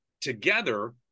together